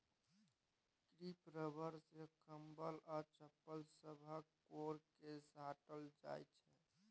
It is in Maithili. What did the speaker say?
क्रीप रबर सँ कंबल आ चप्पल सभक कोर केँ साटल जाइ छै